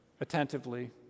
attentively